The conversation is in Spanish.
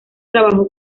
trabajó